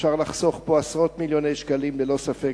אפשר לחסוך פה עשרות מיליוני שקלים ללא ספק,